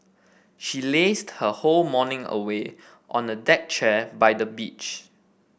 she lazed her whole morning away on a deck chair by the beach